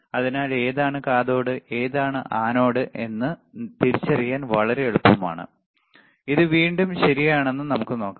അതിനാൽ ഏതാണ് കാഥോഡ് ഏതാണ് ആനോഡ് എന്ന് തിരിച്ചറിയാൻ വളരെ എളുപ്പമാണ് ഇത് വീണ്ടും ശരിയാണെന്ന് നമുക്ക് നോക്കാം